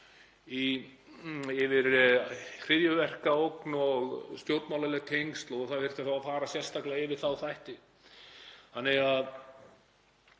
yfir hryðjuverkaógn og stjórnmálaleg tengsl og það þyrfti þá að fara sérstaklega yfir þá þætti. Ég